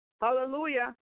hallelujah